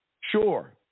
Sure